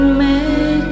Make